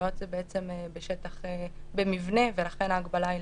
החנויות הן במבנה ולכן ההגבלה היא